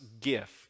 gift